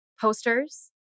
posters